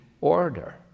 order